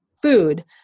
food